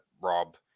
Rob